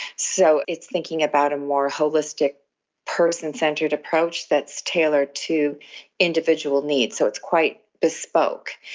so it's thinking about a more holistic person-centred approach that's tailored to individual needs. so it's quite bespoke.